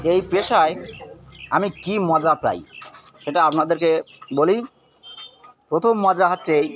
এই পেশায় আমি কী মজা পাই সেটা আপনাদেরকে বলি প্রথম মজা হচ্ছে এই